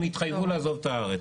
הם יתחייבו לעזוב את הארץ.